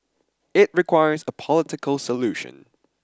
it requires a political solution